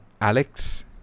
Alex